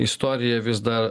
istorija vis dar